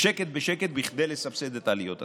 בשקט בשקט, כדי לסבסד את עליות השכר.